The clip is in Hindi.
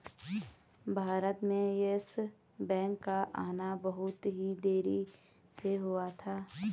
भारत में येस बैंक का आना बहुत ही देरी से हुआ था